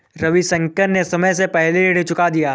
रविशंकर ने समय से पहले ही ऋण चुका दिया